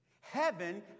heaven